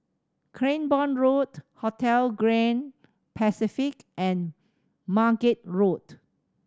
Cranborne Road Hotel Grand Pacific and Margate Road